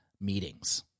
meetings